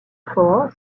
four